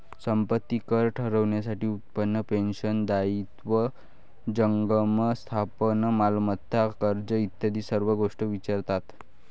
संपत्ती कर ठरवण्यासाठी उत्पन्न, पेन्शन, दायित्व, जंगम स्थावर मालमत्ता, कर्ज इत्यादी सर्व गोष्टी विचारतात